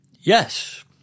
yes